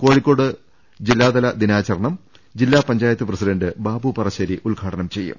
കോഴിക്കോട്ട് ദിനാ ചരണം ജില്ലാ പഞ്ചായത്ത് പ്രസിഡന്റ് ബാബു പറശ്ശേരി ഉദ്ഘാടനം ചെയ്യും